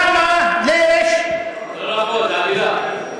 זו עלילה.